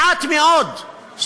מעט מאוד סטודנטים.